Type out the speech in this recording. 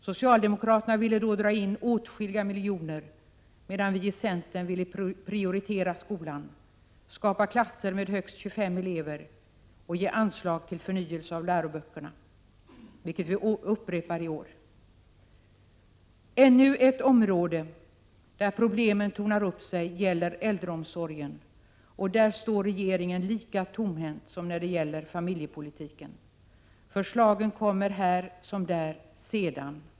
Socialdemokraterna ville då dra in åtskilliga miljoner, medan vi i centern ville prioritera skolan. Vi ville skapa klasser med högst 25 elever och ge anslag till förnyelse av läroböckerna, och dessa önskemål upprepar vi i år. Ännu ett område där problemen tonar upp sig är äldreomsorgen. Där står regeringen lika tomhänt som när det gäller familjepolitiken. Förslagen kommer här, liksom där, sedan.